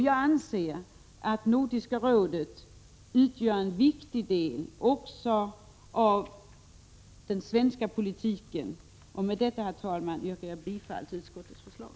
Jag anser att Nordiska rådet utgör en viktig del av den svenska politiken. Med detta, herr talman, yrkar jag bifall till utskottets hemställan.